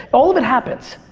all of it happens.